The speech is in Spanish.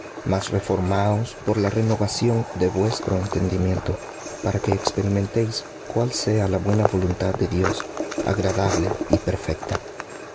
mas reformaos por la renovación de vuestro entendimiento para que experimentéis cuál sea la buena voluntad de dios agradable y perfecta